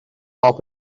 half